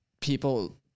people